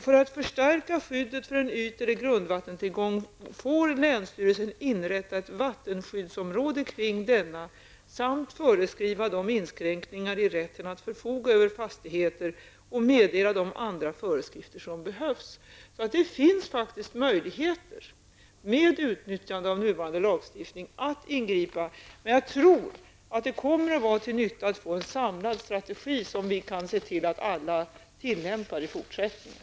För att förstärka skyddet för en yttre grundvattentillgång får länsstyrelsen inrätta ett vattenskyddsområde kring denna samt föreskriva de inskränkningar i rätten att förfoga över fastigheter och meddela de andra föreskrifter som behövs. Det finns alltså faktiskt möjligheter att ingripa med utnyttjande av nuvarande lagstiftning. Men jag tror att det kommer att vara till nytta att få en samlad strategi, som vi kan se till att alla tillämpar i fortsättningen.